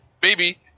Baby